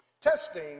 Testing